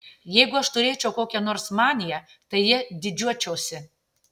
jeigu aš turėčiau kokią nors maniją tai ja didžiuočiausi